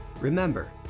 Remember